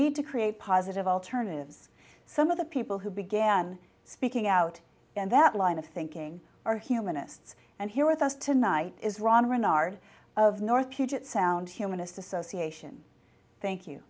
need to create positive alternatives some of the people who began speaking out and that line of thinking are humanists and here with us tonight is ron renard of north puget sound humanist association thank you